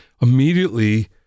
immediately